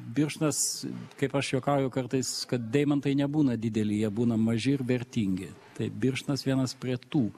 birštonas kaip aš juokauju kartais kad deimantai nebūna dideli jie būna maži ir vertingi tai birštonas vienas prie tų